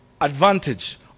advantage